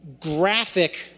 graphic